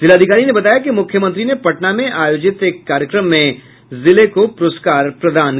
जिलाधिकारी ने बताया कि मुख्यमंत्री ने पटना में आयोजित एक कार्यक्रम में जिले को पुरस्कार प्रदान किया है